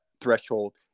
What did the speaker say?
threshold